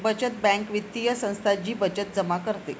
बचत बँक वित्तीय संस्था जी बचत जमा करते